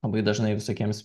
labai dažnai visokiems